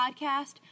Podcast